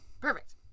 Perfect